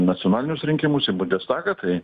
nacionalinius rinkimus į bundestagą tai